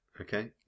okay